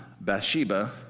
Bathsheba